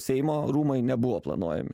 seimo rūmai nebuvo planuojami